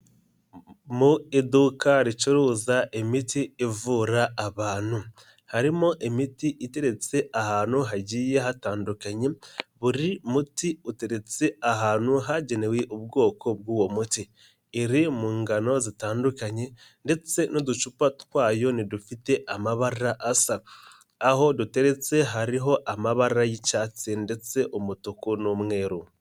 Mu iduka ricuruza imiti ivura abantu, harimo imiti iteretse ahantu hagiye hatandukanye buri muti uteretse ahantu hagenewe ubwoko bw'uwo muti, iri mu ngano zitandukanye ndetse n'uducupa twayo ntidufite amabara asa, aho duteretse hariho amabara y'icyatsi ndetse umutuku n'umweru.